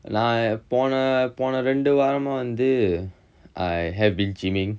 நா போன போன ரெண்டு வாரமா வந்து:naa pona pona rendu vaaramaa vanthu I have been gymming